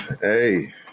Hey